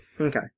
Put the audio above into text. Okay